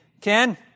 Ken